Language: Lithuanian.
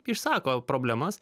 išsako problemas